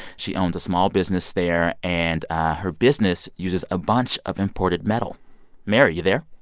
she owns a small business there, and her business uses a bunch of imported metal mary, you there?